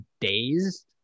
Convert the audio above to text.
dazed